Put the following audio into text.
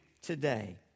today